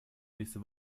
nächste